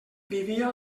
vivia